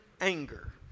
anger